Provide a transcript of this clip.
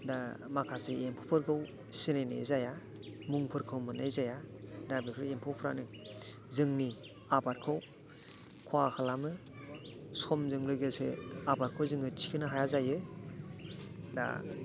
दा माखासे एम्फौफोरखौ सिनायनाय जाया मुंफोरखौ मोननाय जाया दा बेफोर एम्फौफ्रानो जोंनि आबादखौ खहा खालामो समजों लोगोसे आबादखौ जोङो थिखोनो हाया जायो दा